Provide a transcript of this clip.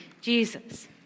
Jesus